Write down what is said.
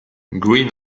green